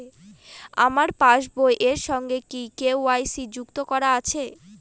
আমার পাসবই এর সঙ্গে কি কে.ওয়াই.সি যুক্ত করা আছে?